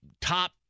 top